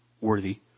worthy